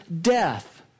death